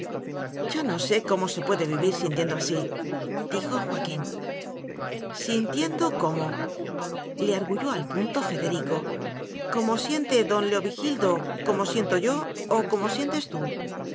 yo no sé cómo se puede vivir sintiendo asídijo joaquín sintiendo cómo le argüyó al punto federico como siente don leovigildo como siento yo o como sientes tú